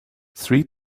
three